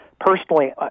personally